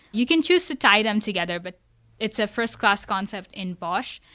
you can choose to tie them together, but it's a first-class concept in bosh.